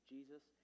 Jesus